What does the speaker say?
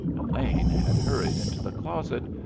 elaine had hurried into the closet,